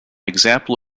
example